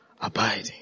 abiding